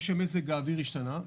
או שמזג האוויר השתנה.